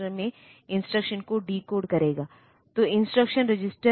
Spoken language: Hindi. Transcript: फिर हमारे पास कुछ इंटरप्ट हैं पिन नंबर 6 7 8 9 और 10 तो वे इंटरप्ट पिन हैं